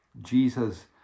Jesus